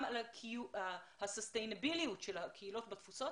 גם על הססטנביליות של הקהילות בתפוצות